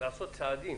לעשות צעדים